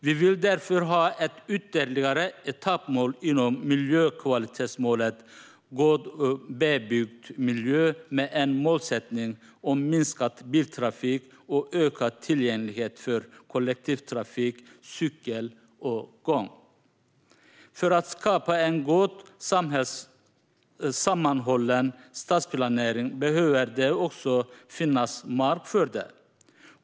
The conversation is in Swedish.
Vi vill därför ha ett ytterligare etappmål inom miljökvalitetsmålet God bebyggd miljö med en målsättning om minskad biltrafik och ökad tillgänglighet för kollektivtrafik, cykel och gång. För att skapa en god och sammanhållen stadsplanering behöver det finnas mark för detta.